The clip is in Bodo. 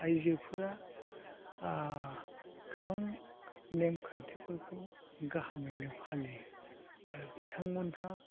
आइजोफोरा गोबां नेमखान्थिफोरखौ गाहामैनो फालियो आरो बिथांमोनहा